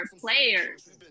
players